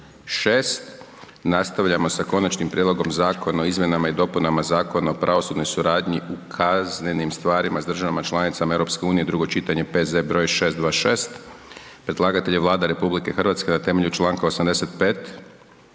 Nastavljamo sa: - Konačni prijedlog zakona o izmjenama i dopunama Zakona o pravosudnoj suradnji u kaznenim stvarima s državama članicama Europske unije, drugo čitanje, P.Z.E. br. 628 Predlagatelj je Vlada RH na temelju članka 85.